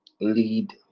lead